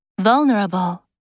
Vulnerable